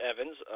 Evans